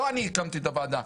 לא אני הקמתי את הוועדה,